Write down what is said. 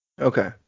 okay